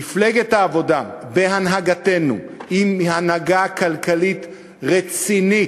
מפלגת העבודה בהנהגתנו, עם הנהגה כלכלית רצינית,